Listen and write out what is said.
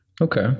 Okay